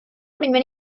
primer